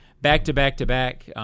Back-to-back-to-back